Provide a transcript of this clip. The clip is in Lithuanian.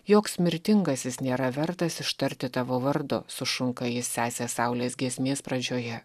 joks mirtingasis nėra vertas ištarti tavo vardo sušunka jis sesės saulės giesmės pradžioje